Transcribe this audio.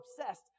obsessed